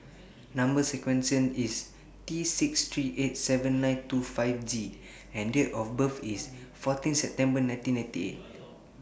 Number sequence IS T six three eight seven nine two five G and Date of birth IS fourteen September nineteen ninety eight